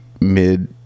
mid